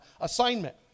assignment